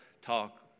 talk